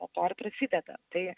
nuo to ir prasideda tai